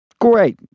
Great